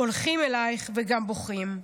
הולכים אלייך וגם בוכים,